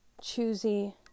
choosy